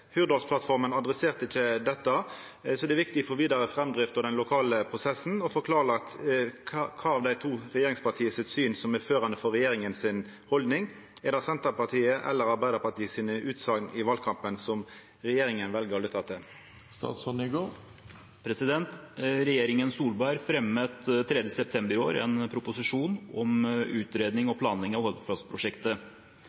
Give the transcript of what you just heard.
viktig for vidare framdrift å få klarlagt kva for parti sitt syn som er førande for regjeringa si haldning. Er det Arbeidarpartiet eller Senterpartiet sine utsegner i valkampen som regjeringa lyttar til?» Regjeringen Solberg fremmet 3. september i år en proposisjon om utredning og